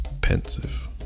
pensive